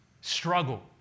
Struggle